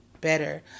better